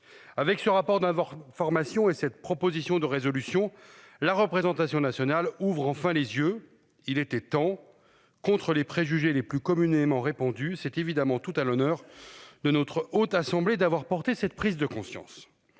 Avec ce rapport d'formation et cette proposition de résolution, la représentation nationale ouvre enfin les yeux. Il était temps, contre les préjugés, les plus communément répandue, c'est évidemment tout à l'honneur de notre haute assemblée d'avoir porté cette prise de conscience.